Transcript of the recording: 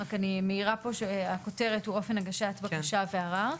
רק אני מעירה פה שהכותרת היא "אופן הגשת בקשה וערר".